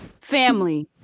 Family